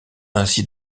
ainsi